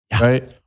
Right